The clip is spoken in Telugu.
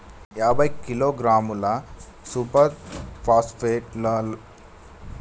యాభై కిలోగ్రాముల సూపర్ ఫాస్ఫేట్ నేలలో కలిపితే ఎంత నేలకు చేరుతది?